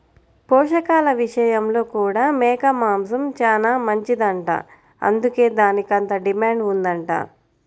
పోషకాల విషయంలో కూడా మేక మాంసం చానా మంచిదంట, అందుకే దానికంత డిమాండ్ ఉందంట